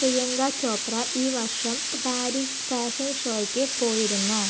പ്രിയങ്ക ചോപ്ര ഈ വർഷം Paris fashion ഷോയ്ക്ക് പോയിരുന്നോ